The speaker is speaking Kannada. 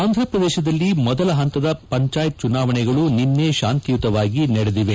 ಆಂಧ್ರ ಪ್ರದೇಶದಲ್ಲಿ ಮೊದಲ ಹಂತದ ಪಂಚಾಯತ್ ಚುನಾವಣೆಗಳು ನಿನ್ನೆ ಶಾಂತಿಯುತವಾಗಿ ನಡೆದಿದೆ